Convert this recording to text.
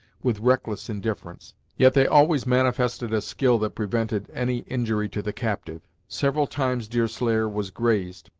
with reckless indifference yet they always manifested a skill that prevented any injury to the captive. several times deerslayer was grazed,